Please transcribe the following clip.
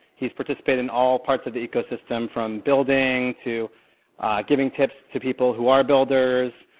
he's participated in all parts of the ecosystem from building, to giving tips to people who are builders.